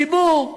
ציבור שעליו,